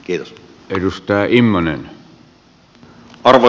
arvoisa herra puhemies